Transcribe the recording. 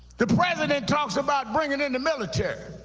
the president talks about bringing in the military.